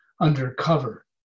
undercover